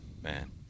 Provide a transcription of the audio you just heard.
Man